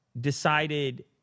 decided